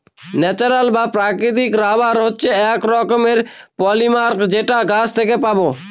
natural বা প্রাকৃতিক rubber হচ্ছে এক রকমের পলিমার যেটা গাছ থেকে পাবো